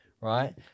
right